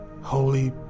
Holy